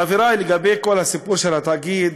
חברי, לגבי כל הסיפור של התאגיד,